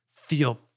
feel